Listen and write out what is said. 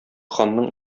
ханның